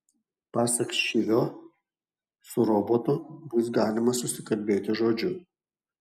pasak šivio su robotu bus galima susikalbėti žodžiu